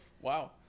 Wow